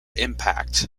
impact